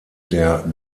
der